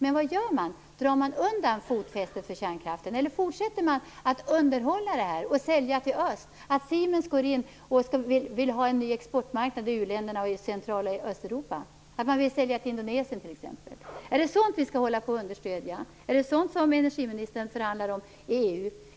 Men vad gör man? Drar man undan fotfästet för kärnkraften, eller fortsätter man att underhålla den och sälja den till öststaterna? Siemens går in och vill ha en ny exportmarknad i u-länderna och i Central och Östeuropa. Man vill sälja t.ex. till Indonesien. Är det sådant som vi skall understödja? Är det sådant som energiministern förhandlar om i EU?